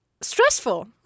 stressful